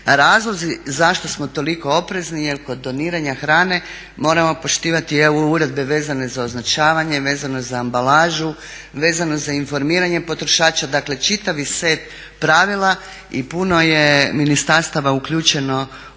Razlozi zašto smo toliko oprezni jer kod doniranja hrane moramo poštivati EU uredbe vezane za označavanje, vezane za ambalažu, vezane za informiranje potrošača. Dakle, čitavi set pravila i puno je ministarstava uključeno u